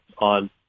on